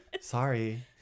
Sorry